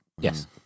Yes